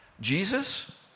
Jesus